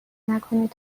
نکنید